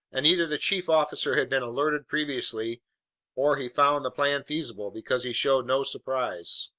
and either the chief officer had been alerted previously or he found the plan feasible, because he showed no surprise.